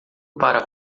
para